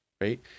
right